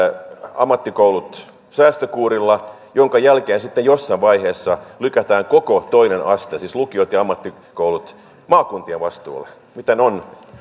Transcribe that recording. ammattikoulut säästökuurilla jonka jälkeen sitten jossain vaiheessa lykätään koko toinen aste siis lukiot ja ammattikoulut maakuntien vastuulle miten on